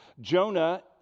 Jonah